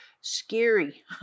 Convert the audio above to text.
scary